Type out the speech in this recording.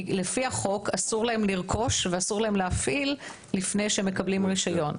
כי לפי החוק אסור להם לרכוש ואסור להם להפעיל לפני שהם מקבלים רישיון.